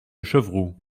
chevroux